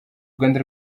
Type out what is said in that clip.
rwanda